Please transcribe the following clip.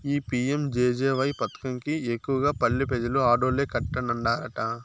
ఈ పి.యం.జె.జె.వై పదకం కి ఎక్కువగా పల్లె పెజలు ఆడోల్లే కట్టన్నారట